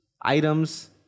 items